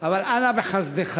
אבל אנא בחסדך,